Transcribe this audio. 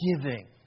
giving